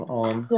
on